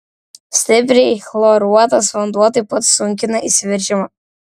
stipriai chloruotas vanduo taip pat sunkina įsiveržimą